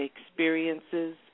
experiences